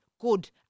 good